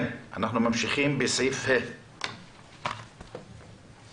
כן, אנחנו ממשיכים בסעיף קטן (ה).